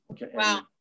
Wow